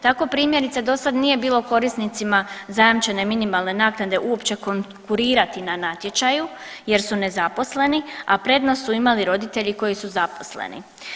Tako, primjerice, dosad nije bilo korisnicima zajamčene minimalne naknade uopće konkurirati na natječaju jer su nezaposleni, a prednost su imali roditelji koji su zaposleni.